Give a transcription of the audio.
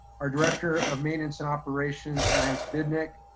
our director of maintenance and operations, lance bidnick,